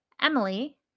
Emily